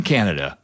Canada